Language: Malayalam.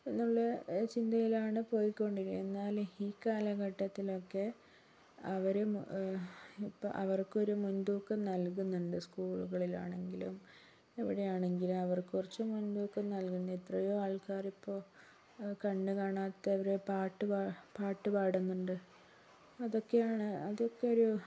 എന്നുള്ള ചിന്തയിലാണ് പോയിക്കൊണ്ടിരിക്കുന്നത് എന്നാലും ഈ കാലഘട്ടത്തിലൊക്കെ അവര് ഇപ്പം അവർക്കൊരു മുൻതൂക്കം നൽകുന്നുണ്ട് സ്കൂളുകളിലാണെങ്കിലും എവിടെയാണെങ്കിലും അവർക്ക് കുറച്ച് മുൻതൂക്കം നൽകുന്നു എത്രയോ ആൾക്കാര് ഇപ്പൊൾ കണ്ണ് കാണാത്തവര് പാട്ട് പാട്ട് പാടുന്നുണ്ട് അതൊക്കെയാണ് അതൊക്കെ ഒരു